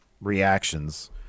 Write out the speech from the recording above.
reactions